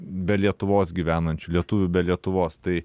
be lietuvos gyvenančių lietuvių be lietuvos tai